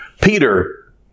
Peter